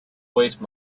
waste